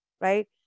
right